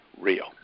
real